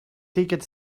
ticket